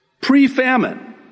pre-famine